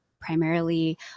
primarily